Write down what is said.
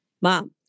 mom